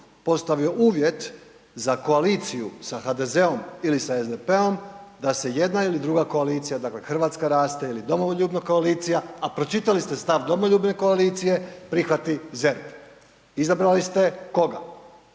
postavio uvjet za koaliciju sa HDZ-om ili sa SDP-om da se jedna ili druga koalicija, dakle Hrvatska raste ili Domoljubna koalicija, a pročitali ste stav Domoljubne koalicije, prihvati ZERP. Izabrali ste koga?